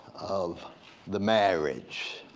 of the marriage.